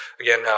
again